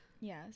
Yes